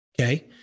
okay